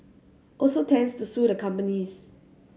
also intends to sue the companies